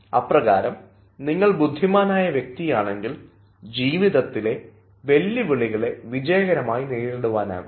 അപ്രകാരം നിങ്ങൾ ബുദ്ധിമാനായ വ്യക്തിയാണെങ്കിൽ ജീവിതത്തിലെ വെല്ലുവിളികളെ വിജയകരമായി നേരിടുവാനാകും